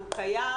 והוא קיים,